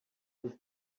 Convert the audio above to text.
this